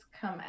come